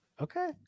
Okay